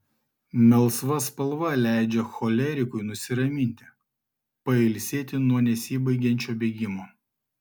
melsva spalva leidžia cholerikui nusiraminti pailsėti nuo nesibaigiančio bėgimo